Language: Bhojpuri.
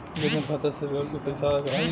जनधन खाता मे सरकार से पैसा आई?